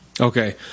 Okay